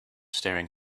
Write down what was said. staring